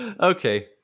Okay